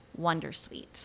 Wondersuite